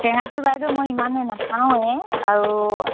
টেঙাটো বাইদেউ মই ইমান নেখাওঁৱে আৰু